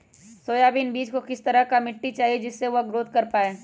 Soybean बीज को किस तरह का मिट्टी चाहिए जिससे वह ग्रोथ कर पाए?